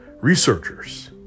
researchers